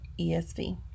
ESV